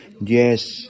yes